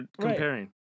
comparing